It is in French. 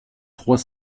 trois